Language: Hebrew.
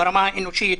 ברמה האנושית,